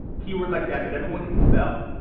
keyword like that that everyone can spell.